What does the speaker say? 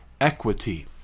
equity